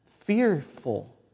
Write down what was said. fearful